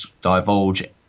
divulge